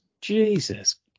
Jesus